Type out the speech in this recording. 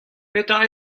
petra